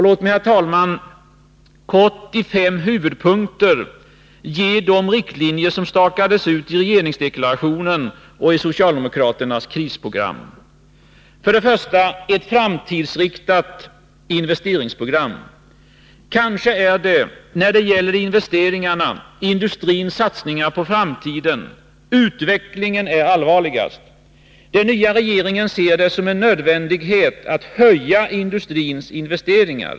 Låt mig, herr talman, i fem huvudpunkter sammanfatta de riktlinjer som stakats ut i regeringsdeklarationen och socialdemokraternas krisprogram: Den första huvudpunkten är ett framtidsinriktat investeringsprogram. Kanske är det när det gäller investeringarna, industrins satsningar på framtiden, som utvecklingen är allvarligast. Den nya regeringen ser det som en nödvändighet att öka industrins investeringar.